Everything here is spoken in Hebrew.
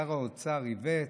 שר האוצר איווט?